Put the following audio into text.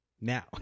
Now